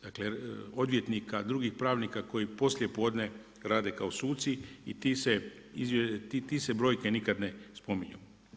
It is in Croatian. Dakle, odvjetnika, drugih pravnika, koji poslijepodne rade kao suci i te se brojke nikad ne spominju.